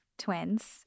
twins